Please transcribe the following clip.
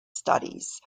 studies